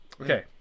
okay